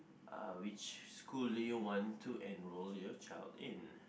uh which school do you want to enroll your child in